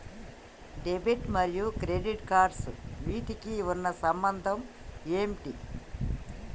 Debit మరియు credit cards వీటికి ఉన్న సంబంధం ఏంటి?